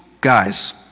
guys